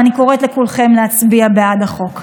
אני קוראת לכולכם להצביע בעד החוק.